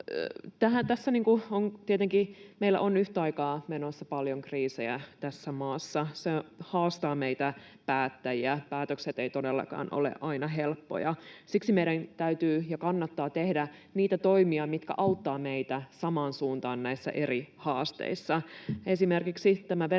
tietenkin yhtä aikaa menossa paljon kriisejä tässä maassa. Se haastaa meitä päättäjiä. Päätökset eivät todellakaan ole aina helppoja. Siksi meidän täytyy ja kannattaa tehdä niitä toimia, mitkä auttavat meitä samaan suuntaan näissä eri haasteissa. Esimerkiksi venäläisestä